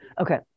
Okay